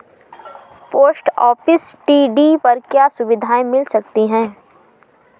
Post office TD पर क्या सुविधाएँ मिल सकती है?